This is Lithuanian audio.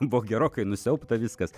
buvo gerokai nusiaubta viskas